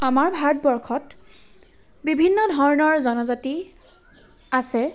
আমাৰ ভাৰতবৰ্ষত বিভিন্ন ধৰণৰ জনজাতি আছে